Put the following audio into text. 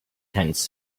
tents